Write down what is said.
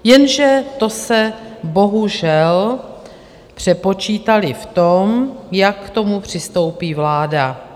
Jenže to se bohužel přepočítali v tom, jak k tomu přistoupí vláda.